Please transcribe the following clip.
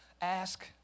ask